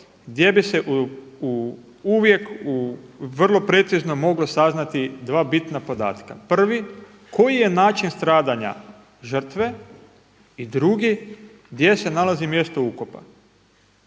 gdje bi se uvijek vrlo precizno moglo saznati dva bitna podatka. Prvi, koji je način stradanja žrtve i drugi, gdje se nalazi mjesto ukopa.